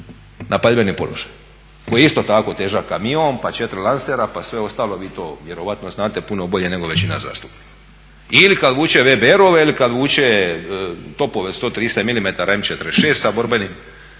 na paljbeni položaj koji je isto tako težak kamion pa četiri lansera pa sve ostalo, vi to vjerojatno znate puno bolje nego većina zastupnika. Ili kada vuče VBR-ove ili kada vuče topove 130 mm M-46 sa borbenim